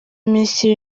minisitiri